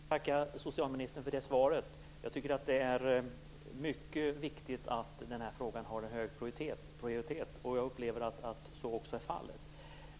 Herr talman! Jag tackar socialministern för svaret. Jag tycker att det är mycket viktigt att den här frågan har en hög prioritet, och jag upplever att så också är fallet.